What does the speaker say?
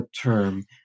term